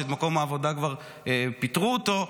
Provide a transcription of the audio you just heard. מקום העבודה כבר פיטרו אותו.